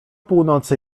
północy